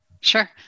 Sure